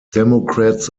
democrats